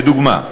לדוגמה: